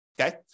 okay